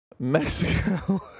Mexico